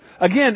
Again